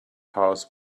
house